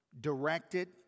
directed